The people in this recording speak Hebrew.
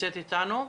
נמצאת איתנו?